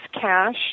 cash